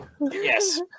Yes